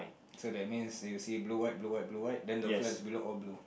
so that means you see blue word blue white blue white then the flats below all blue